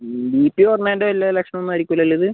B P കുറഞ്ഞതിൻ്റെ വല്ല ലക്ഷണമൊന്നും ആയിരിക്കില്ലല്ലോ ഇത്